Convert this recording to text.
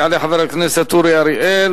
יעלה חבר הכנסת אורי אריאל,